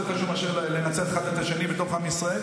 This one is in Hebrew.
יותר חשוב מאשר לנצח אחד את השני בתוך עם ישראל,